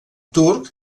turc